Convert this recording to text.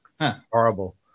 horrible